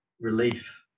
relief